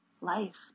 life